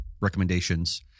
recommendations